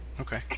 Okay